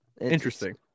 interesting